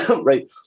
Right